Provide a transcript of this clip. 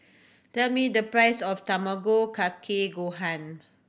tell me the price of Tamago Kake Gohan